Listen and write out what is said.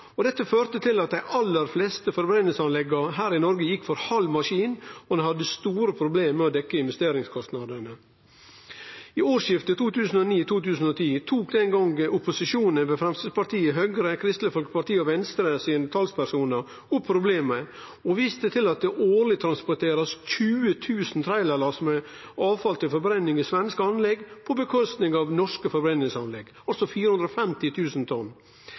og dette førte til at dei aller fleste forbrenningsanlegga her i Noreg gjekk for halv maskin, og ein hadde store problem med å dekkje investeringskostnadene. I årsskiftet 2009/2010 tok den gongen opposisjonen – ved Framstegspartiet, Høgre, Kristeleg Folkeparti og Venstre – sine talspersonar opp problemet og viste til at det årleg blir transportert 20 000 trailerlass med avfall til forbrenning i svenske anlegg med følgjer for norske forbrenningsanlegg – 450 000 tonn.